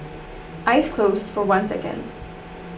eyes closed for one second